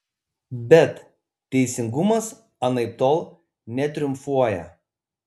bet teisingumas anaiptol netriumfuoja